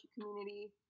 community